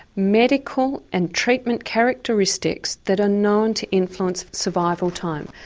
medical and treatment characteristics that are known to influence survival time.